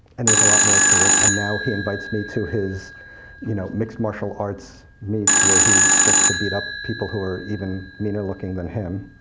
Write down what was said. and there was a lot more to it, and now he invites me to his you know mixed martial arts meets, where he gets to beat up people who are even meaner looking than him.